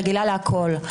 רגילה לכולה.